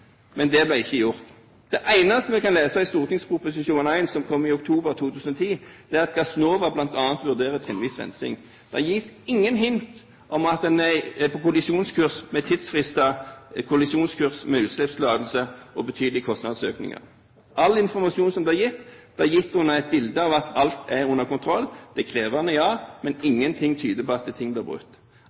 Men det ble ikke gjort. Det eneste vi kan lese i Prop. 1 S, som kom i oktober 2009, er at Gassnova bl.a. vurderer trinnvis rensing. Det gis ingen hint om at en er på kollisjonskurs med tidsfrister og på kollisjonskurs med utslippstillatelse, og at det er betydelige kostnadsøkninger. All informasjon som ble gitt, ble gitt under skinn av at alt er under kontroll, det er krevende, ja, men ingenting tyder på at ting